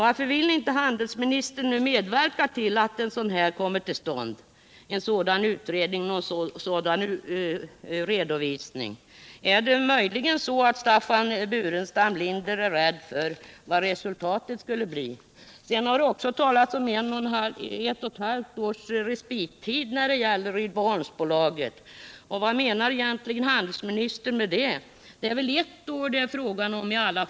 Varför vill inte handelsministern medverka till att en sådan utredning och redovisning kommer till stånd? Är Staffan Burenstam Linder möjligen rädd för vad resultatet kan bli? Vidare har det talats om en respittid för Rydboholmsbolaget på ett och ett halvt år. Vad menar handelsministern med detta? Det är väl ert år som det är fråga om?